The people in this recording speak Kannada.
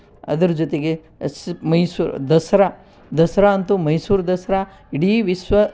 ಅದರ ಜೊತೆಗೆ ಮೈಸೂರು ದಸರಾ ದಸರಾ ಅಂತೂ ಮೈಸೂರು ದಸರಾ ಇಡೀ ವಿಶ್ವ